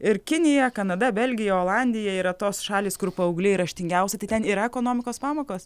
ir kinija kanada belgija olandija yra tos šalys kur paaugliai raštingiausi tai ten yra ekonomikos pamokos